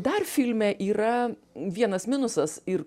dar filme yra vienas minusas ir